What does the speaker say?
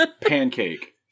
pancake